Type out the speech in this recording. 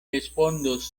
respondos